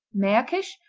markisch,